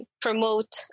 promote